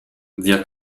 via